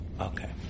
okay